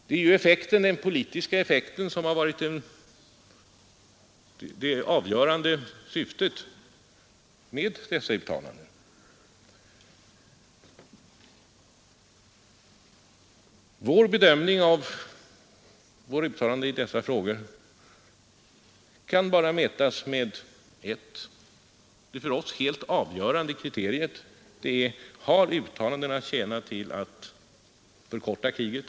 Det är ju den politiska effekten som varit det avgörande syftet med dessa uttalanden. Bedömningen av våra uttalanden i dessa frågor kan bara mätas på ett sätt; det för oss helt avgörande kriteriet: Har uttalandena tjänat till att förkorta kriget?